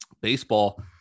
baseball